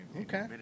Okay